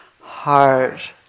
Heart